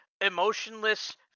emotionless